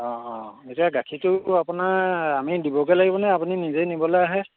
অঁ অঁ এতিয়া গাখীৰটো আপোনাৰ আমি দিবগৈ লাগিবনে আপুনি নিজেই নিবলৈৈ আহে